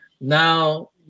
Now